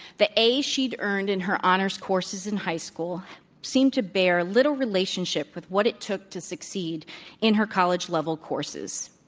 the as she'd earned in her honors courses in high school seemed to bear little relationship with what it took to succeed in her college level courses.